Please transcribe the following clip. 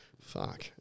Fuck